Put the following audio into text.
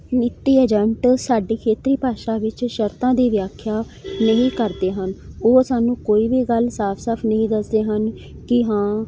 ਨੀਤੀ ਏਜੰਟ ਸਾਡੀ ਖੇਤਰੀ ਭਾਸ਼ਾ ਵਿੱਚ ਸ਼ਰਤਾਂ ਦੀ ਵਿਆਖਿਆ ਨਹੀਂ ਕਰਦੇ ਹਨ ਉਹ ਸਾਨੂੰ ਕੋਈ ਵੀ ਗੱਲ ਸਾਫ ਸਾਫ ਨਹੀਂ ਦੱਸਦੇ ਹਨ ਕਿ ਹਾਂ